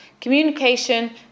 communication